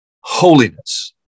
holiness